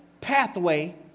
pathway